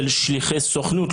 של שליחי סוכנות,